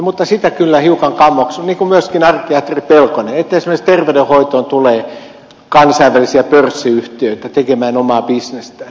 mutta sitä kyllä hiukan kammoksun niin kuin myöskin arkkiatri pelkonen että esimerkiksi terveydenhoitoon tulee kansainvälisiä pörssiyhtiöitä tekemään omaa bisnestä